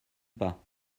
pas